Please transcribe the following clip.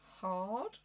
Hard